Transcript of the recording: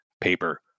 paper